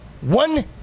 one